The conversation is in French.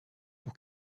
pour